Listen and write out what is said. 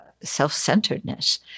self-centeredness